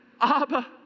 Abba